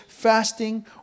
Fasting